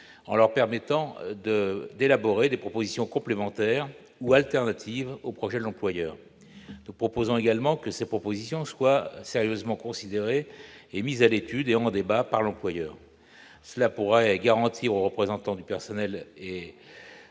en leur permettant d'élaborer des propositions complémentaires ou alternatives aux projets de l'employeur. Nous suggérons également que ces propositions soient sérieusement considérées, mises à l'étude et en débat par l'employeur. Cela permettrait aux représentants du personnel et